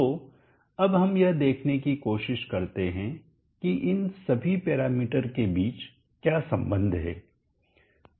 तो अब हम यह देखने की कोशिश करते हैं कि इन सभी पैरामीटर के बीच क्या संबंध है